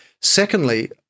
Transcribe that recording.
Secondly